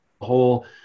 whole